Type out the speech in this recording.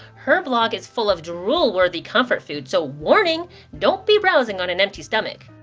her blog is full of drool-worthy comfort food so warning don't be browsing on an empty stomach.